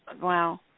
wow